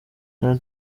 nta